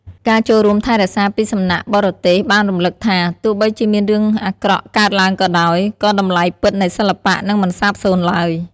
ការចូលរួមថែរក្សាពីសំណាក់បរទេសបានរំឭកថា ទោះបីជាមានរឿងអាក្រក់កើតឡើងក៏ដោយ ក៏តម្លៃពិតនៃសិល្បៈនឹងមិនសាបសូន្យឡើយ។